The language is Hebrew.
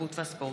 התרבות והספורט.